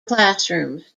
classrooms